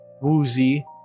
woozy